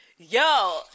Yo